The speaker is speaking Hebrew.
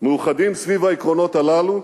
מאוחדים סביב העקרונות הללו,